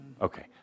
Okay